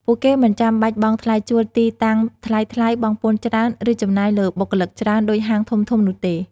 ពួកគេមិនចាំបាច់បង់ថ្លៃជួលទីតាំងថ្លៃៗ បង់ពន្ធច្រើន ឬចំណាយលើបុគ្គលិកច្រើនដូចហាងធំៗនោះទេ។